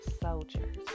soldiers